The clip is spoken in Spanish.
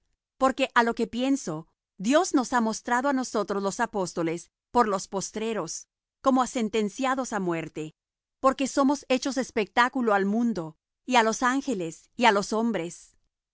porque á lo que pienso dios nos ha mostrado á nosotros los apóstoles por los postreros como á sentenciados á muerte porque somos hechos espectáculo al mundo y á los ángeles y á los hombres